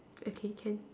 okay can